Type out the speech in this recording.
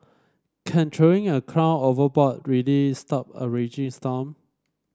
can throwing a crown overboard really stop a raging storm